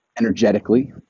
energetically